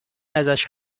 ازش